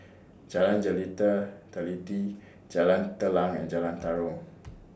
Jalan Teliti Jalan Telang and Jalan Tarum